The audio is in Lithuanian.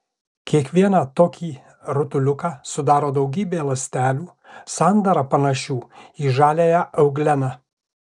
kiekvieną tokį rutuliuką sudaro daugybė ląstelių sandara panašių į žaliąją eugleną